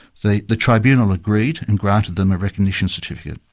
the the tribunal agreed and granted them a recognition certificate.